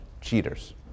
cheaters